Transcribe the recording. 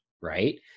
right